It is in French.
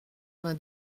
vingt